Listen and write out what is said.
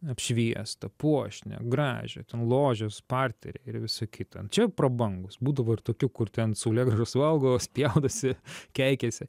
apšviestą puošnią gražią ložės parteriai ir visa kita čia prabangūs būdavo ir tokių kur ten saulėgrąžas valgo spjaudosi keikiasi